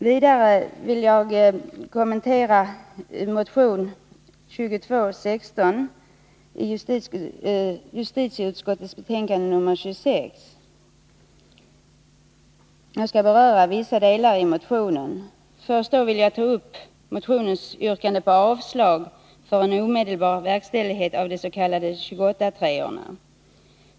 Vidare behandlas motion 2216 i justitieutskottets betänkande 26, och jag skall beröra vissa delar i motionen. Låt mig först kommentera yrkandet i motionen om avslag på en omedelbar verkställighet av de s.k. 28:3-orna.